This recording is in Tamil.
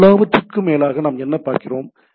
எனவே எல்லாவற்றிற்கும் மேலாக நாம் என்ன பார்க்கிறோம்